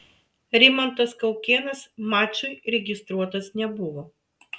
rimantas kaukėnas mačui registruotas nebuvo